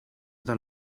del